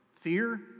Fear